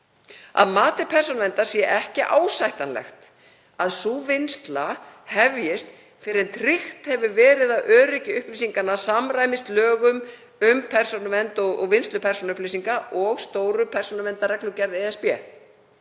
Að mati Persónuverndar er ekki ásættanlegt að sú vinnsla hefjist fyrr en tryggt hefur verið að öryggi upplýsinganna samræmist lögum um persónuvernd og vinnslu persónuupplýsinga og stóru persónuverndarreglugerð ESB